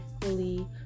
fully